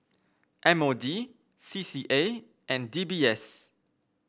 M O D C C A and D B S